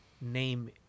name